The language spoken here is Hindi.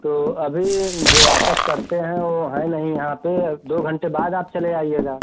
तो अभी जो वापस करते हैं वो हैं नहीं यहाँ पर दो घंटे बाद आप चले आइएगा